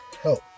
help